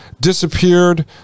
disappeared